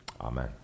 Amen